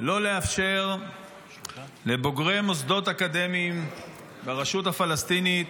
לא לאפשר לבוגרי מוסדות אקדמיים ברשות הפלסטינית,